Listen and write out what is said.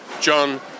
John